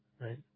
Right